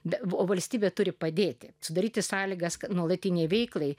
bet valstybė turi padėti sudaryti sąlygas nuolatinei veiklai